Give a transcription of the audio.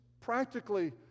practically